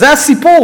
זה הסיפור.